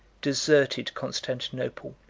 deserted constantinople,